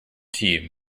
tea